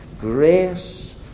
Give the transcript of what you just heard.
grace